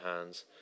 hands